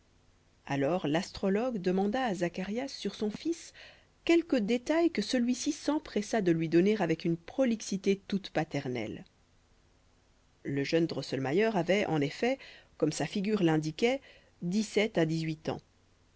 alors l'astrologue demanda à zacharias sur son fils quelques détails que celui-ci s'empressa de lui donner avec une prolixité toute paternelle le jeune drosselmayer avait en effet comme sa figure l'indiquait dix sept à dix-huit ans